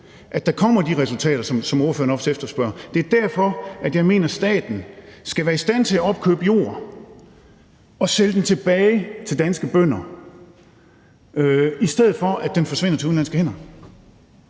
at der kommer de resultater, som ordføreren også efterspørger. Det er derfor, jeg mener, at staten skal være i stand til at opkøbe jord og sælge den tilbage til danske bønder, i stedet for at den forsvinder over på udenlandske hænder.